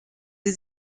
sie